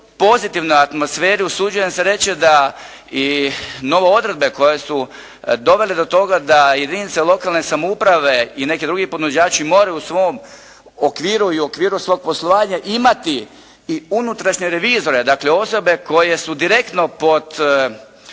pozitivne atmosferi, usuđujem se reći da i nove odredbe koje su dovele do toga da jedinice lokalne samouprave i neki drugi ponuđači moraju u svom okviru i u okviru svog poslovanja imati i unutrašnje revizore, dakle osobe koje su direktno pod